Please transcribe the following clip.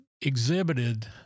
exhibited